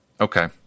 Okay